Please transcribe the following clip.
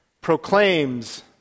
proclaims